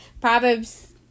Proverbs